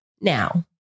now